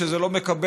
שזה לא מקבל